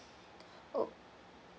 oh